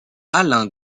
alain